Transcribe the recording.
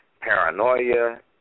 paranoia